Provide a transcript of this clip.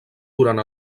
durant